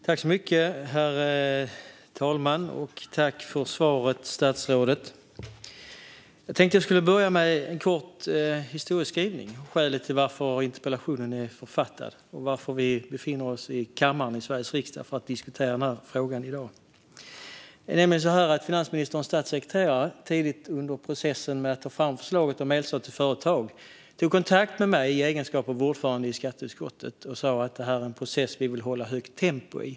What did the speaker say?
Herr talman! Tack, statsrådet, för svaret! Jag tänkte börja med en kort historieskrivning, skälet till att interpellationen är författad och varför vi befinner oss i kammaren i Sveriges riksdag för att diskutera denna fråga i dag. Finansministerns statssekreterare tog tidigt under processen med att ta fram förslaget om elstöd till företag kontakt med mig i egenskap av ordförande i skatteutskottet och sa att detta var en process man ville hålla ett högt tempo i.